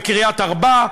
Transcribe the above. או בקריית-ארבע,